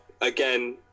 Again